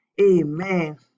Amen